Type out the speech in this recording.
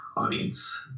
audience